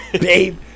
Babe